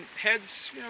heads